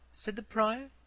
said the prior,